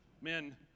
men